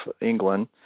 England